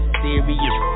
serious